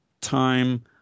time